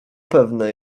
pewne